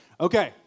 Okay